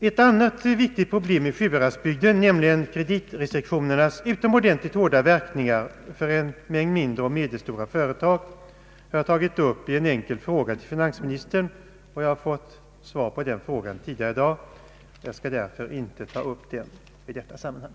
Ett annat viktigt problem i Sjuhäradsbygden, nämligen kreditrestriktionernas utomordentligt hårda verkningar för en mängd mindre och medelstora företag, har jag tagit upp i en enkel fråga till finansministern. Den frågan har besvarats tidigare i dag, och jag skall därför inte ta upp den i detta sammanhang.